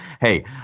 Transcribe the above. hey